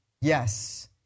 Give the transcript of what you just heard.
yes